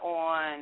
on